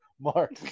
Mark